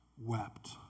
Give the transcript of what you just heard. wept